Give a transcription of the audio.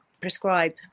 prescribe